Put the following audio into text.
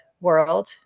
world